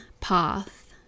path